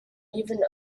even